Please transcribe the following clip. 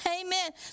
Amen